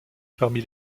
parmi